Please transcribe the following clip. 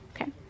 Okay